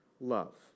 love